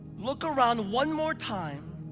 look around one more time.